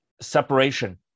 separation